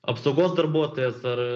apsaugos darbuotojas ar